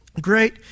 great